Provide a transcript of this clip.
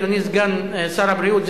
אדוני סגן שר הבריאות,